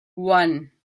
one